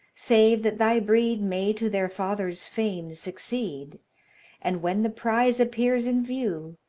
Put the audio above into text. save that thy breed may to their father's fame succeed and when the prize appears in view,